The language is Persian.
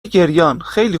گریانخیلی